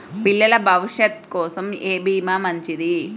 పిల్లల భవిష్యత్ కోసం ఏ భీమా మంచిది?